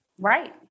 right